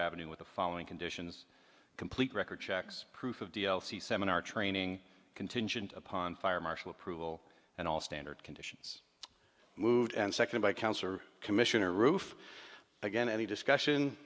traveling with the following conditions complete record checks proof of d l c seminar training contingent upon fire marshal approval and all standard conditions moved and seconded by counsel commissioner roof again any discussion